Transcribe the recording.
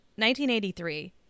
1983